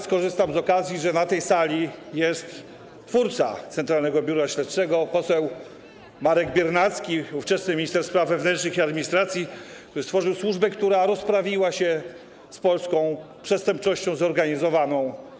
Skorzystam z tej okazji, że na tej sali jest twórca Centralnego Biura Śledczego, poseł Marek Biernacki, ówczesny minister spraw wewnętrznych i administracji, który stworzył służbę, która rozprawiła się z polską przestępczością zorganizowaną.